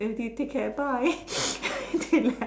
and they take care bye and they left